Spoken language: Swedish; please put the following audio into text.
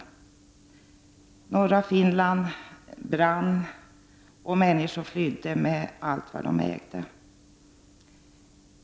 Norra Finland brann, och människor flydde med allt vad de ägde.